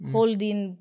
Holding